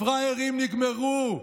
הפראיירים נגמרו.